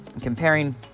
Comparing